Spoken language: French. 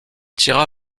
tira